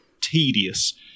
tedious